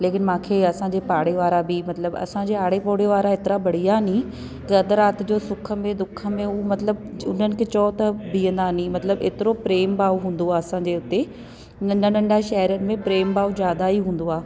लेकिन मूंखे असांजे पाड़े वारा बि मतिलबु असांजे आड़े पाड़े वारा एतिरा बढ़िया नी जे अधु राति जो सुख में दुख में उअ मतिलबु उन्हनि खे चओ त बीहंदा नी मतिलबु एतिरो प्रेम भाव हूंदो आहे असांजे हुते नंढा नंढा शहरनि में प्रेम भाव जादा ई हूंदो आहे